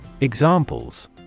Examples